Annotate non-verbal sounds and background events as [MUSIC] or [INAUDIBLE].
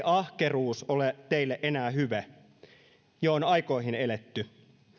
[UNINTELLIGIBLE] ahkeruus ole enää hyve jo on aikoihin eletty